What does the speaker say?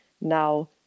now